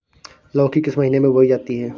लौकी किस महीने में बोई जाती है?